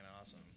awesome